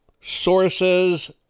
sources